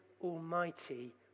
Almighty